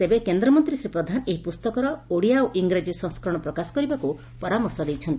ତେବେ କେନ୍ଦ୍ରମନ୍ତୀ ଶ୍ରୀ ପ୍ରଧାନ ଏହି ପୁସ୍ତକର ଓଡ଼ିଆ ଓ ଇଂରାକୀ ସଂସ୍କରଣ ପ୍ରକାଶ କରିବାକୁ ପରାମର୍ଶ ଦେଇଛନ୍ତି